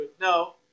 no